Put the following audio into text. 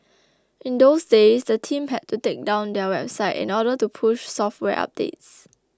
in those days the team had to take down their website in order to push software updates